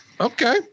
Okay